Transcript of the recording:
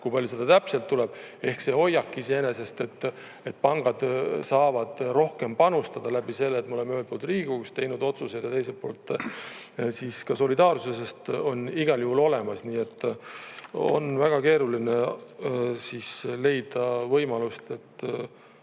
kui palju seda täpselt tuleb. Ehk see hoiak iseenesest, et pangad saavad rohkem panustada läbi selle, et me oleme ühelt poolt Riigikogus teinud otsuseid ja teiselt poolt solidaarsusest, on igal juhul olemas. Nii et on väga keeruline leida võimalust, et